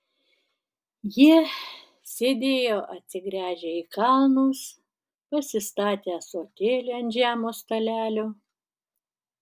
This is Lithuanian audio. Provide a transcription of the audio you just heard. jie sėdėjo atsigręžę į kalnus pasistatę ąsotėlį ant žemo stalelio